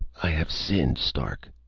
i have sinned, stark.